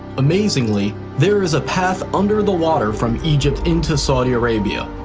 amazingly, there is a path under the water from egypt into saudi arabia.